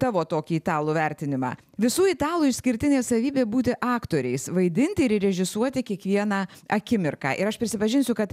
tavo tokį italų vertinimą visų italų išskirtinė savybė būti aktoriais vaidinti ir režisuoti kiekvieną akimirką ir aš prisipažinsiu kad